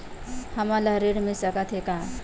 हमन ला ऋण मिल सकत हे का?